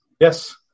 Yes